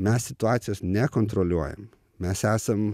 mes situacijos nekontroliuojam mes esam